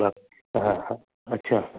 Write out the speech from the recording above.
हा हा अच्छा